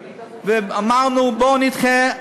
אמרנו: בוא נדחה.